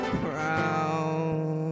proud